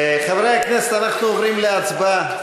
חברי הכנסת, אנחנו עוברים להצבעה.